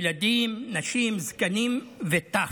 ילדים, נשים, זקנים וטף.